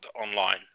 online